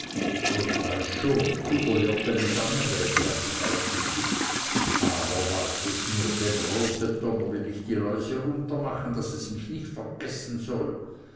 ich weiß schon kuderjoggelis annebäbi hat dich aufgestüpft aber wart es nur dem rote donner will ich die läuse runtermachen daß es mich nicht vergessen soll